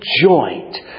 joint